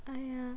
!aiya!